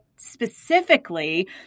specifically